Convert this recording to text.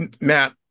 matt